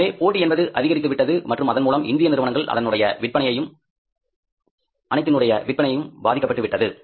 எனவே போட்டி என்பது அதிகரித்துவிட்டது மற்றும் அதன் மூலம் இந்திய நிறுவனங்கள் அனைத்தினுடைய விற்பனையும் பாதிக்கப்பட்டு விட்டது